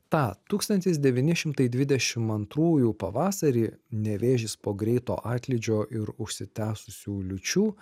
tą tūkstantis devyni šimtai dvidešim antrųjų pavasarį nevėžis po greito atlydžio ir užsitęsusių liūčių